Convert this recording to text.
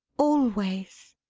always!